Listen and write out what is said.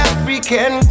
African